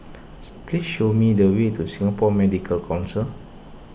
please show me the way to Singapore Medical Council